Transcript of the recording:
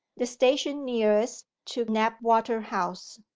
the station nearest to knapwater house.